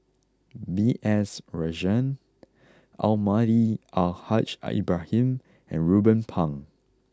B S Rajhans Almahdi Al Haj Ibrahim and Ruben Pang